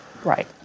Right